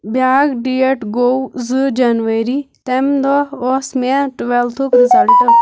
بیٛاکھ ڈیٹ گوٚو زٕ جنؤری تَمہِ دۄہ اوس مےٚ ٹُویلتھُک رِزلٹہٕ